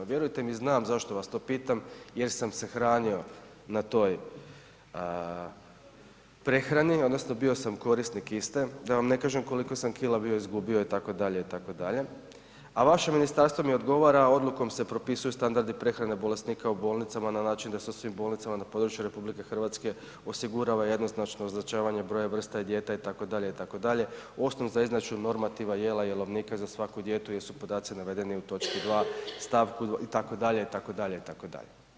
Vjerujte mi znam zašto vas to pitam jer sam se hranio na toj prehrani odnosno bio sam korisnik iste, da vam ne kažem koliko sam kila bio izgubio itd., itd., a vaše ministarstvo mi odgovara odlukom se propisuju standardi prehrane bolesnika u bolnicama na način da se u svim bolnica ma na području RH osigurava jednoznačno označavanje broja vrsta dijeta itd., itd., osnov za izračun normativa jela i jelovnika za svako dijete jesu podavi navedeni u točki 2, stavku itd., itd., itd.